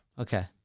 Okay